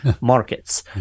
markets